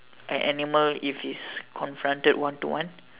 an animal if is confronted one to one